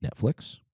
Netflix